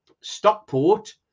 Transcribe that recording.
Stockport